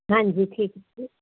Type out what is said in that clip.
ਹਾਂਜੀ ਠੀਕ ਹੈ ਜੀ